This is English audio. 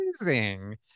amazing